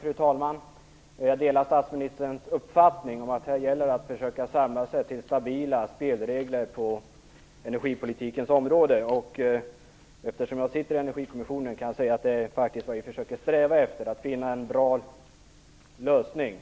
Fru talman! Jag delar statsministerns uppfattning att det gäller att samla sig till stabila spelregler på energipolitikens område. Eftersom jag sitter i energikommissionen kan jag säga att det faktiskt är vad vi försöker sträva efter; att finna en bra lösning.